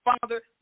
Father